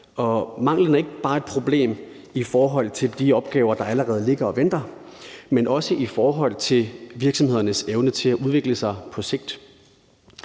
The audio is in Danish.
mangelen er ikke bare et problem i forhold til de opgaver, der allerede ligger og venter, men også i forhold til virksomhedernes evne til at udvikle sig på sigt.